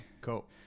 Cool